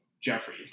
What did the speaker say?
Jeffrey